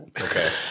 Okay